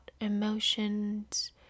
emotions